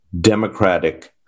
Democratic